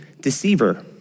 deceiver